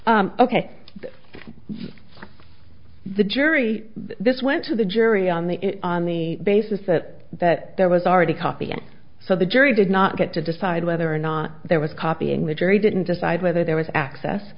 asked ok the jury this went to the jury on the on the basis that that there was already copying so the jury did not get to decide whether or not there was copying the jury didn't decide whether there was access